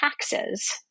taxes